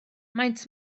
maent